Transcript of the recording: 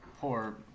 Poor